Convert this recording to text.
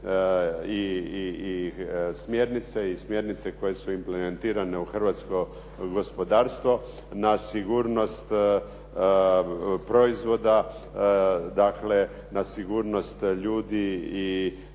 i smjernice koje su implementirane u hrvatsko gospodarstvo na sigurnost proizvoda, na sigurnost ljudi i